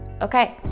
Okay